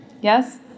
Yes